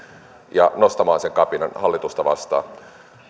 ja nostamaan sen kapinan hallitusta vastaan